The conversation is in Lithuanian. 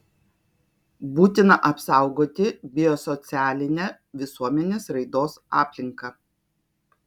būtina apsaugoti biosocialinę visuomenės raidos aplinką